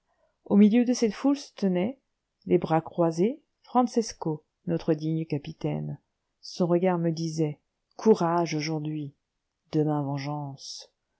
au milieu de cette foule se tenait les bras croisés francesco notre digne capitaine son regard me disait courage aujourd'hui demain vengeance